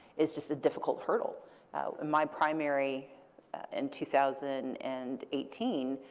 is just a difficult hurdle. in my primary in two thousand and eighteen,